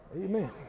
Amen